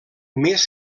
més